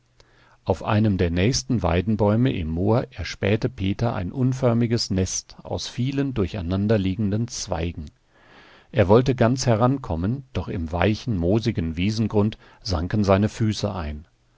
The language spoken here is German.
auf einem der nächsten weidenbäume im moor erspähte peter ein unförmiges nest aus vielen durcheinanderliegenden zweigen er wollte ganz herankommen doch im weichen moosigen wiesengrund sanken seine füße ein